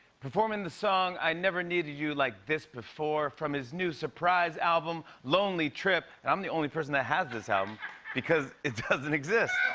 performing the song i never needed you like this before from his new surprise album, lonely trip and i'm the only person that has this album because it doesn't exist.